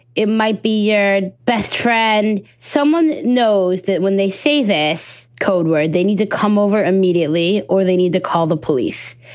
it might be your best friend. someone knows that when they say this code word, they need to come over immediately or they need to call the police.